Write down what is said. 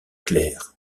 clair